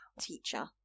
teacher